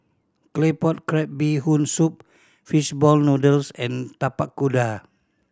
Claypot Crab Bee Hoon Soup fish ball noodles and Tapak Kuda